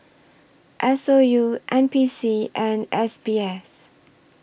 S O U N P C and S B S